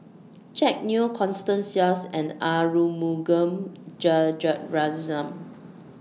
Jack Neo Constance Sheares and Arumugam Vijiaratnam